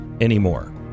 anymore